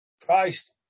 Christ